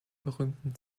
berühmten